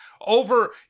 over